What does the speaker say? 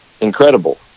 Incredible